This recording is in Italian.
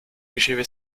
riceve